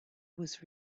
was